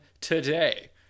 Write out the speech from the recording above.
today